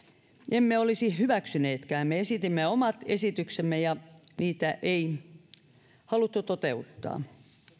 emme olisi hyväksyneetkään me esitimme omat esityksemme ja niitä ei haluttu toteuttaa